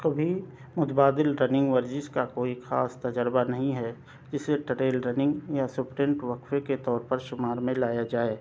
کبھی متبادل رننگ ورزش کا کوئی خاص تجربہ نہیں ہے جسے ٹٹیل رننگ یا سپرنٹ وقفے کے طور پر شمار میں لایا جائے